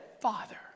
father